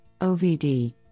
OVD